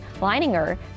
Leininger